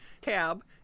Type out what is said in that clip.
cab